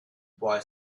boy